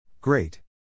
Great